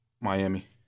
Miami